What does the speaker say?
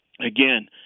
Again